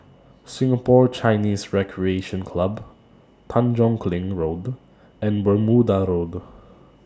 Singapore Chinese Recreation Club Tanjong Kling Road and Bermuda Road